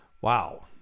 wow